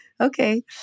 Okay